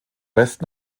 west